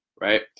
right